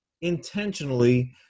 intentionally